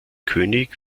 könig